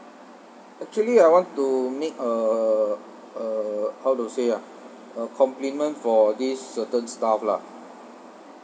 actually I want to make a a how to say ah a compliment for this certain staff lah